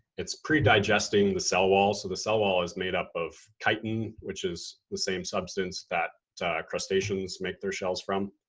it's pre-digesting the cell walls. so the cell wall is made up of chitin, which is the same substance that crustaceans make their shells from.